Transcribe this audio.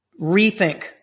Rethink